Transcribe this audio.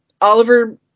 Oliver